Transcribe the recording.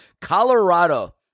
Colorado